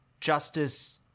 justice